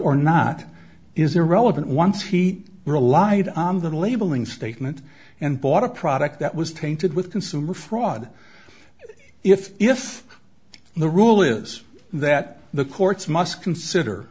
or not is irrelevant once he relied on the labeling statement and bought a product that was tainted with consumer fraud if if the rule is that the courts must consider